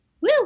Woo